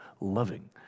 loving